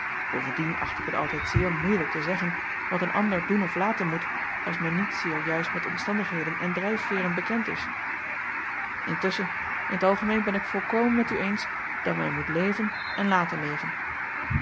bovendien acht ik het altijd zeer moeielijk te zeggen wat een ander doen of laten moet als men niet zeer juist met acob van ennep laasje evenster delen omstandigheden en drijfveêren bekend is ntusschen in t algemeen ben ik volkomen met u eens dat men moet leven en laten leven